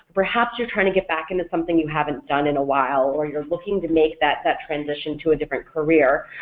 perhaps you're trying to get back into something you haven't done in a while, or you're looking to make that that transition to a different career,